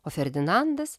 o ferdinandas